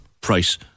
price